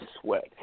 sweat